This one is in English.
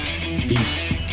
Peace